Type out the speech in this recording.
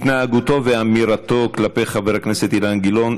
התנהגותו ואמירתו כלפי חבר הכנסת אילן גילאון,